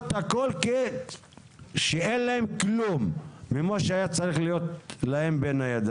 הכל כשאין להם כלום ממה שהיה צריך להיות בידיים.